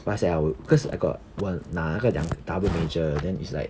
what's that ah cause I got 我拿那个两个 double major then is like